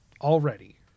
already